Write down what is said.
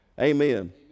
Amen